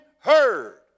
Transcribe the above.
heard